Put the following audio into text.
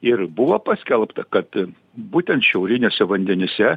ir buvo paskelbta kad būtent šiauriniuose vandenyse